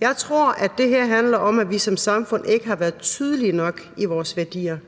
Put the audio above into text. Jeg tror, at det her handler om, at vi som samfund ikke har været tydelige nok i vores værdier.